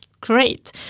great